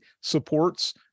supports